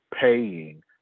paying